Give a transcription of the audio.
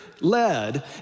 led